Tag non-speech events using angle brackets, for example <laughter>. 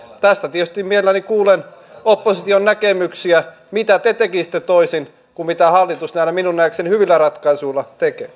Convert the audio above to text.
tästä tietysti mielelläni kuulen opposition näkemyksiä mitä te tekisitte toisin kuin mitä hallitus näillä minun nähdäkseni hyvillä ratkaisuilla tekee <unintelligible>